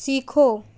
سیکھو